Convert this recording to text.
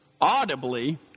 audibly